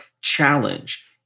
challenge